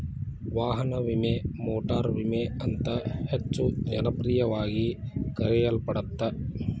ವಾಹನ ವಿಮೆ ಮೋಟಾರು ವಿಮೆ ಅಂತ ಹೆಚ್ಚ ಜನಪ್ರಿಯವಾಗಿ ಕರೆಯಲ್ಪಡತ್ತ